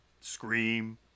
Scream